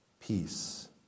peace